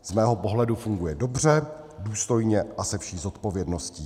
Z mého pohledu funguje dobře, důstojně a se vší zodpovědností.